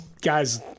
guys